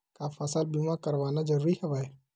का फसल बीमा करवाना ज़रूरी हवय?